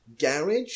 garage